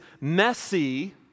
messy